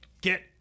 get